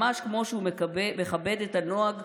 ממש כמו שהוא מכבד את הנוהג,